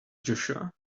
joshua